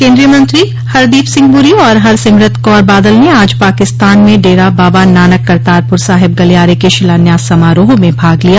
केंद्रीय मंत्री हरदीप सिंह पुरी और हरसिमरत कौर बादल ने आज पाकिस्तान में डेरा बाबा नानक करतारपूर साहिब गलियारे के शिलान्यास समारोह में भाग लिया